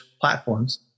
platforms